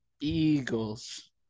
Eagles